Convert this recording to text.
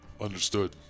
Understood